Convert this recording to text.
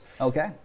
Okay